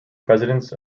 presidents